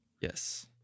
Yes